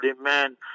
man